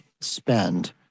spend